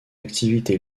activité